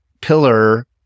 Pillar